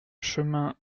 chemin